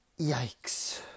Yikes